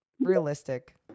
realistic